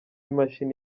imashini